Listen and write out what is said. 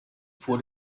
vor